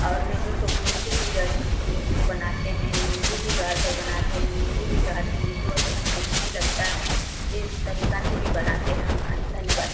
और नहीं तो गुड़ के ही रस में हमलोग उसको बनाते हैं नीम्बू भी गाड़कर बनाते हैं नीम्बू भी गाड़ देंगे तो अच्छा टेस्टी लगता है इस तरीके से भी बनाते हम हैं धन्यवाद